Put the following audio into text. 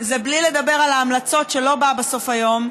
זה בלי לדבר על ההמלצות, שלא בא בסוף היום,